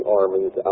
armies